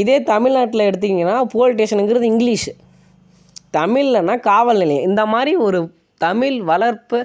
இதே தமிழ்நாட்டுல எடுத்திட்ங்கனா போலிஸ் ஸ்டேஷன்ங்கிறது இங்கிலிஷ் தமிழ்லனா காவல் நிலையம் இந்தமாதிரி ஒரு தமிழ் வளர்ப்பு